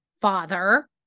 father